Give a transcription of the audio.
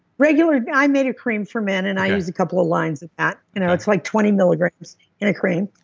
regular. i made a cream for men, and i use a couple of lines of that. you know it's like twenty milligrams in a cream.